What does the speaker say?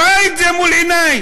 רואה את זה מול עינייך,